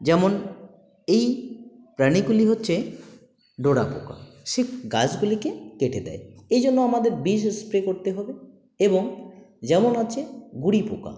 যেমন এই প্রাণীগুলি হচ্ছে ডোরা পোকা সে গাছগুলিকে কেটে দেয় এই জন্য আমাদের বিষ স্প্রে করতে হবে এবং যেমন হচ্ছে গুঁড়ি পোকা